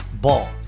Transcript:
Ball